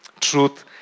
Truth